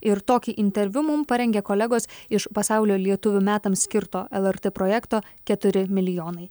ir tokį interviu mum parengė kolegos iš pasaulio lietuvių metams skirto lrt projekto keturi milijonai